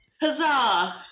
Huzzah